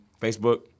Facebook